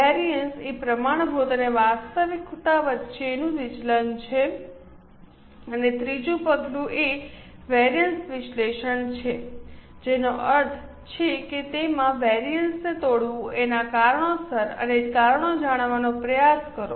વિવિધતા એ પ્રમાણભૂત અને વાસ્તવિક વચ્ચેનું વિચલન છે અને ત્રીજું પગલું એ વિવિધતા વિશ્લેષણ છે જેનો અર્થ છે કે તેમાં વિવિધતાને તોડવું એના કારણોસર અને કારણો જાણવાનો પ્રયાસ કરો